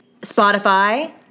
Spotify